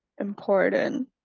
important